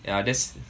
yeah that's